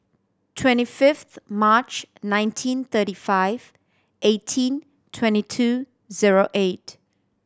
twenty fifth March nineteen thirty five eighteen twenty two zero eight